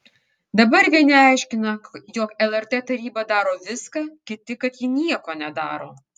dabar vieni aiškina jog lrt taryba daro viską kiti kad ji nieko nedaro